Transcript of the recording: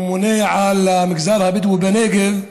הממונה על המגזר הבדואי בנגב,